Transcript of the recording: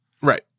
right